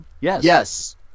Yes